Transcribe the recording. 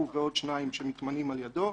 הוא ועוד שניים שמתמנים על ידו.